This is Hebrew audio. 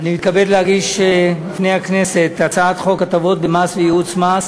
אני מתכבד להגיש בפני הכנסת את הצעת חוק הטבות במס וייעוץ במס